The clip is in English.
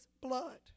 blood